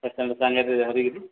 patient ସାଙ୍ଗରେ ଧରିକିରି